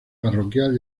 parroquial